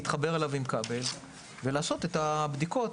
להתחבר אליו עם כבל ולעשות את הבדיקות.